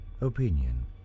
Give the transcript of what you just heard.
opinion